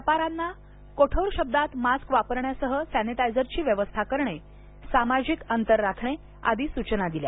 व्यापार्यांना कठोर शब्दात मास्क वापरण्यासह सॅनिटायझरची व्यवस्था करणे सामाजिक अंतर राखणे आदी सूचना दिल्या